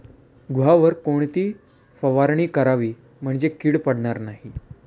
गव्हावर कोणती फवारणी करावी म्हणजे कीड पडणार नाही?